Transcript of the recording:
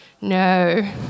No